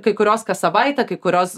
kai kurios kas savaitę kai kurios